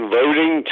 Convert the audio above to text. voting